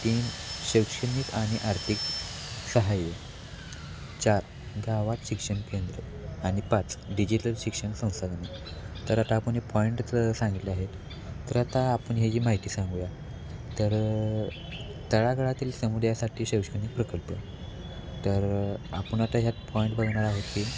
तीन शैक्षणिक आणि आर्थिक सहाय्य चार गावात शिक्षण केंद्र आणि पाच डिजिटल शिक्षण संसाधनं तर आता आपण हे पॉईंट सांगितले आहेत तर आता आपण ह्याची माहिती सांगूया तर तळागाळातील समुदायासाठी शैक्षणिक प्रकल्प तर आपण आता ह्यात पॉईंट बघणार आहोत की